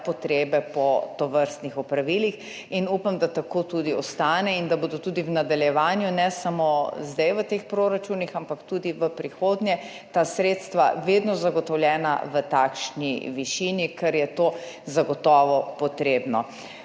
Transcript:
potrebe po tovrstnih opravilih in upam, da tako tudi ostane in da bodo tudi v nadaljevanju, ne samo zdaj v teh proračunih, ampak tudi v prihodnje, ta sredstva vedno zagotovljena v takšni višini, ker je to zagotovo potrebno.